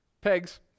Peg's